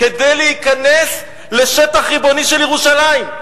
כדי להיכנס לשטח ריבוני של ירושלים,